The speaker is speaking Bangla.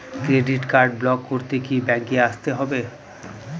ক্রেডিট কার্ড ব্লক করতে কি ব্যাংকে আসতে হবে?